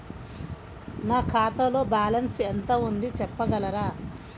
నా ఖాతాలో బ్యాలన్స్ ఎంత ఉంది చెప్పగలరా?